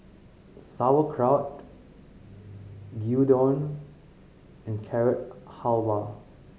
Sauerkraut Gyudon and Carrot Halwa